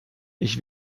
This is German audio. ich